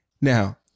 Now